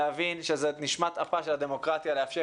להבין שזה נשמת-אפה של הדמוקרטיה לאפשר